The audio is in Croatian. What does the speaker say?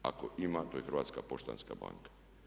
Ako ima to je Hrvatska poštanska banka.